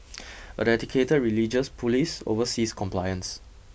a dedicated religious police oversees compliance